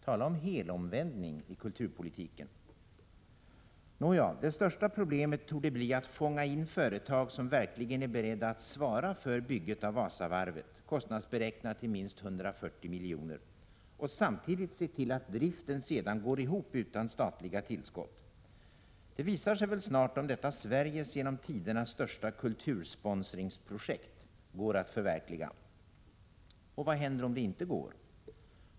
Tala om helomvändning i kulturpolitiken! Nåja, det största problemet torde bli att fånga in företag som verkligen är beredda att svara för bygget av Wasavarvet, kostnadsberäknat till minst 140 miljoner, och samtidigt se till att driften sedan går ihop utan statliga tillskott. Det visar sig väl snart om detta Sveriges genom tiderna största kultursponsringsprojekt går att förverkliga. Och vad händer om det inte går?